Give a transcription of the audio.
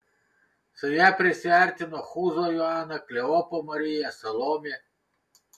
su ja prisiartino chūzo joana kleopo marija salomė